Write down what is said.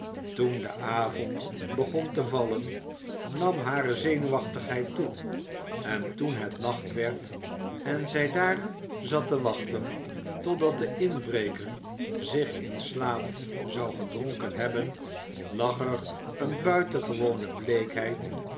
toen de avond begon te vallen nam hare zenuwachtigheid toe en toen het nacht werd en zij daar zat te wachten totdat de inbreker zich in slaap zou gedronken hebben lag er eene buitengewone